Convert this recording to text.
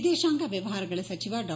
ವಿದೇಶಾಂಗ ವ್ಯವಹಾರಗಳ ಸಚಿವ ಡಾ